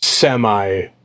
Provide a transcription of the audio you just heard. Semi